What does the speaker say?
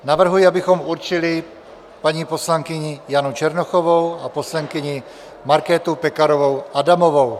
Navrhuji, abychom určili paní poslankyni Janu Černochovou a poslankyni Markétu Pekarovou Adamovou.